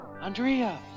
Andrea